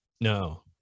No